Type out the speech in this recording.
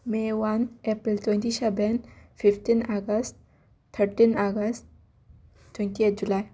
may one April twenty seven fifteen August thirteen August twenty eight July